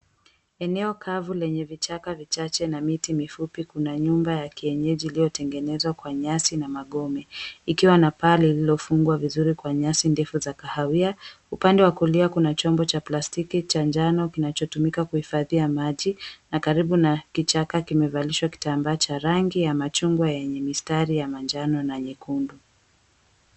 Eneo kavu lenye vichaka vichache na miti mifupi, kuna nyumba ya kienyeji iliyotengenezwa kwa nyasi na magome ikiwa na paa lililofungwa vizuri kwa nyasi ndefu za kahawia. Upande wa kulia kuna chombo cha plastiki cha njano kinachotumika kuhifadhia maji, na karibu na kichaka kimevalishwa kitambaa cha rangi ya machungwa yenye mistari ya manjano na nyekundu.